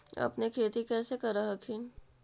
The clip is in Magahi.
अपने खेती कैसे कर हखिन?